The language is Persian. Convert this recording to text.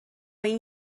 این